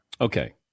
Okay